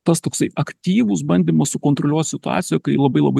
tas toksai aktyvus bandymas sukontroliuot situaciją kai labai labai